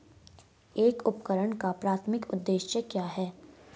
एक उपकरण का प्राथमिक उद्देश्य क्या है?